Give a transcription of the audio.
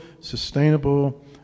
sustainable